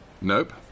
Nope